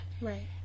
right